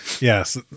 Yes